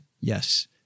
Yes